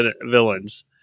villains